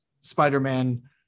Spider-Man